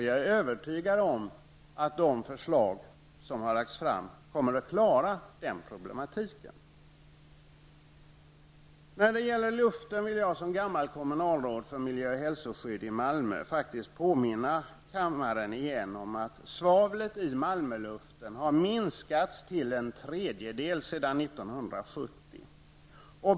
Jag är övertygad om att de förslag som har lagts fram kommer att klara det problemet. När det gäller luften vill jag som f.d. kommunalråd för miljö och hälsoskydd i Malmö påminna kammaren om att svavlet i luften i Malmö faktiskt har minskat till en tredjedel sedan 1970.